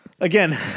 again